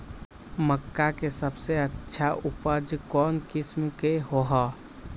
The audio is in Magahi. मक्का के सबसे अच्छा उपज कौन किस्म के होअ ह?